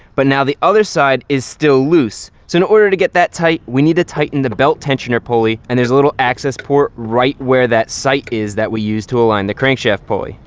but now the other side is still loose. so in order to get that tight, we need to tighten the belt tensioner pulley, and there's a little access port right where that sight is that we used to align the crankshaft pulley.